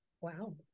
Wow